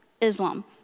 Islam